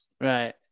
Right